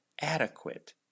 adequate